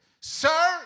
sir